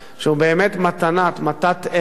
שהוא באמת מתת אל,